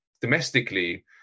domestically